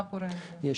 מה קורה עם זה?